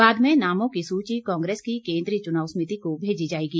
बाद में नामों की सूची कांग्रेस की केंद्रीय चुनाव समिति को भेजी जाएगी